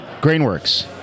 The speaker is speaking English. Grainworks